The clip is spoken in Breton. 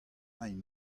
hini